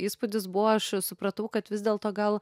įspūdis buvo aš supratau kad vis dėlto gal